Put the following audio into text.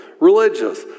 Religious